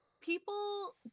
people